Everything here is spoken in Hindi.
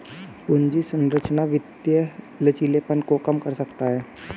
पूंजी संरचना वित्तीय लचीलेपन को कम कर सकता है